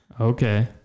Okay